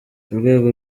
urwego